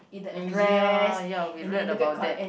mm ya ya we read about that